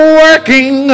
working